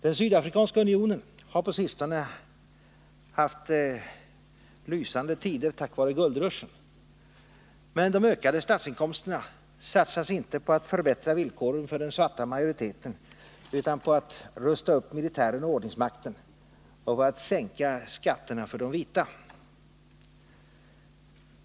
Den sydafrikanska unionen har på sistone tack vare guldrushen haft lysande tider, men de ökade statsinkomsterna satsas inte på att förbättra villkoren för den svarta majoriteten utan på att rusta upp militären och ordningsmakten och sänka skatterna för de vita.